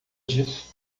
disso